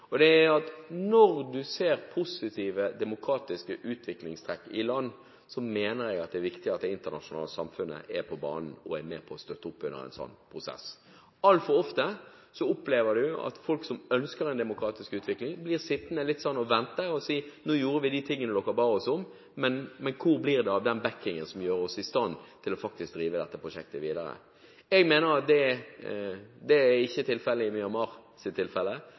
Når du ser positive, demokratiske utviklingstrekk i land, mener jeg det er viktig at det internasjonale samfunnet er på banen og er med på å støtte opp under en sånn prosess. Altfor ofte opplever man at folk som ønsker en demokratisk utvikling, blir sittede og vente og si: Nå gjorde vi de tingene dere ba oss om, men hvor blir det av den backingen som gjør oss i stand til å drive dette prosjektet videre? Jeg mener at det ikke er tilfellet når det gjelder Myanmar. Her er det internasjonale samfunnet på banen. Vi har selv hatt besøk fra sittende myndigheter i Myanmar,